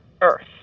earth